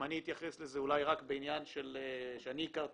אני אתייחס לזה רק בעניין שאני הכרתי